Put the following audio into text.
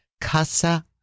Casa